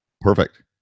Perfect